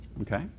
Okay